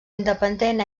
independent